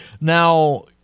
Now